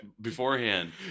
beforehand